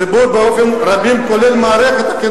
הציבור, באופנים רבים, ובמערכות,